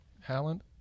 Halland